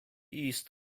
east